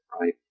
right